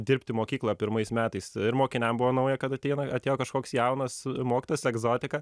dirbti mokykloje pirmais metais ir mokiniam buvo nauja kad ateina atėjo kažkoks jaunas mokytojas egzotika